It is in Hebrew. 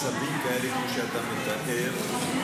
מצבים כאלה כמו שאתה מתאר -- ברור.